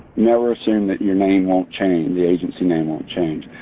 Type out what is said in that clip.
never assume that your name won't change, the agency name won't change.